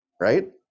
right